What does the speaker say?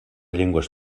llengües